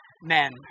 men